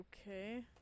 Okay